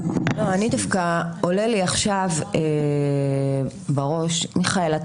דווקא עולה לי עכשיו בראש מיכאל,